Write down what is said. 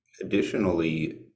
Additionally